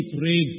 pray